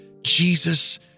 Jesus